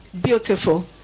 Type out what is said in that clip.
beautiful